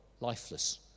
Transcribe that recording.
lifeless